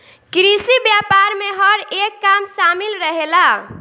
कृषि व्यापार में हर एक काम शामिल रहेला